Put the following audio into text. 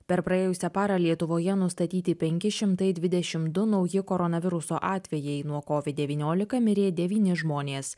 per praėjusią parą lietuvoje nustatyti penki šimtai dvidešim du nauji koronaviruso atvejai nuo covid devyniolika mirė devyni žmonės